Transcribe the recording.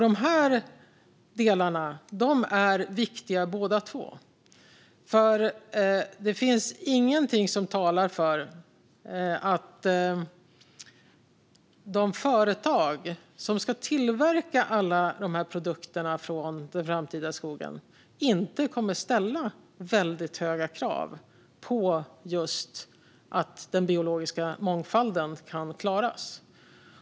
De här delarna är viktiga båda två, för det finns ingenting som talar för att de företag som ska tillverka alla dessa produkter från den framtida skogen inte kommer att ställa höga krav just på att den biologiska mångfalden kan klaras.